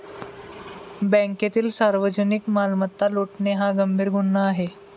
बँकेतील सार्वजनिक मालमत्ता लुटणे हा गंभीर गुन्हा आहे